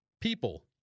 people